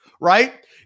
right